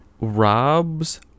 Rob's